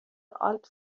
آلپ